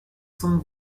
sont